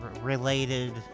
related